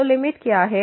तो लिमिट क्या है